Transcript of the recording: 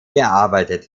gearbeitet